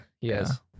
Yes